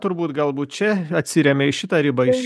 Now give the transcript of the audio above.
turbūt galbūt čia atsirėmė į šitą ribą